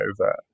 over